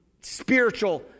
spiritual